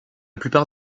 plupart